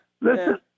listen